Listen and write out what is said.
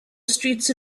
streets